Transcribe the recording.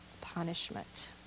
punishment